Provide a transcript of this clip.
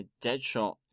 Deadshot